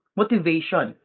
motivation